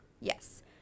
Yes